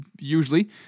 usually